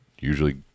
Usually